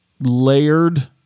layered